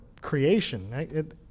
creation